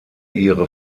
ihre